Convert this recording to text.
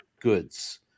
goods